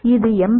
அது 88